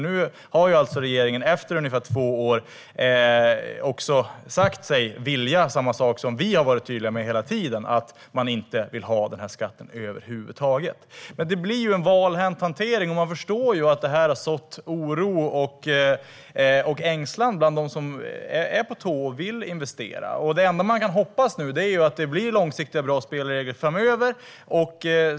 Nu har regeringen efter ungefär två år sagt sig vilja samma sak som vi hela tiden har varit tydliga med att vi vill. Man vill nu inte ha den här skatten över huvud taget. Men det blir ju en valhänt hantering. Man förstår att det här har sått oro och ängslan bland dem som är på tå och vill investera. Det enda man nu kan hoppas på är att det blir långsiktiga och bra spelregler framöver.